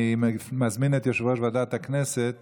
אני מזמין את יושב-ראש ועדת הכנסת